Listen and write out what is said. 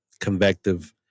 convective